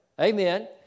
amen